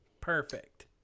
Perfect